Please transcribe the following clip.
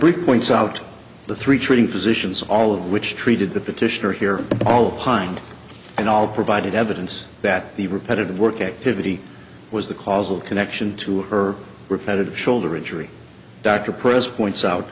brief points out the three treating physicians all of which treated the petitioner here all pined and all provided evidence that the repetitive work activity was the causal connection to her repetitive shoulder injury dr prison points out